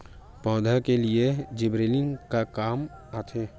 पौधा के लिए जिबरेलीन का काम आथे?